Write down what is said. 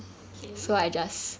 okay